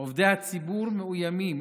עובדי הציבור מאוימים,